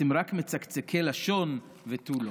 אתם רק מצקצקי לשון ותו לא.